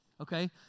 okay